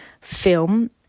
film